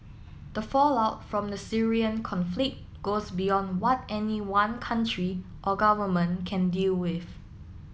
the fallout from the Syrian conflict goes beyond what any one country or government can deal with